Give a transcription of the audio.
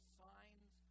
signs